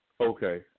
Okay